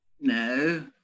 No